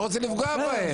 אני לא רוצה לפגוע בהם.